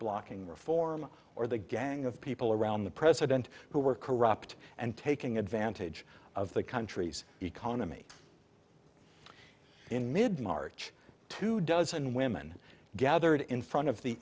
blocking reform or the gang of people around the president who were corrupt and taking advantage of the country's economy in mid march two dozen women gathered in front of the